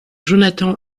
jonathan